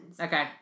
Okay